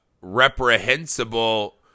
reprehensible